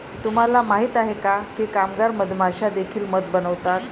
तुम्हाला माहित आहे का की कामगार मधमाश्या देखील मध बनवतात?